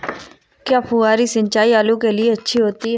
क्या फुहारी सिंचाई आलू के लिए अच्छी होती है?